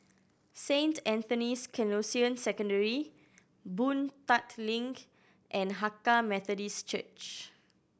Saint Anthony's Canossian Secondary Boon Tat Link and Hakka Methodist Church